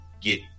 get